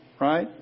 Right